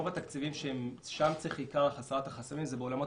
רוב התקציבים שבהם בעיקר צריך להסיר את החסמים זה באולמות